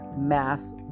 mass